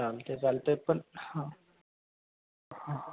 चालते चालत पन हां